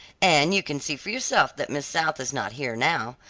and you can see for yourself that miss south is not here now.